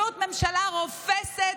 פשוט ממשלה רופסת,